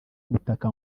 umutaka